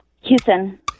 Houston